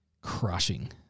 crushing